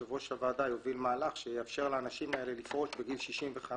בדיוק כמו שלשופטים מאפשרים לפרוש בגיל 70,